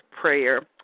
prayer